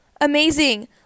amazing